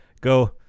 go